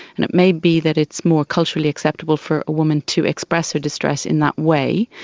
and it may be that it's more culturally acceptable for a woman to express her distress in that way.